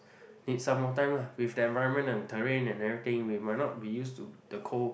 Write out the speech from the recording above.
need some more time lah with the environment and the terrain and everything we might not be used to the cold